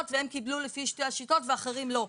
והם קיבלו לפי שתי השיטות ואחרים לא,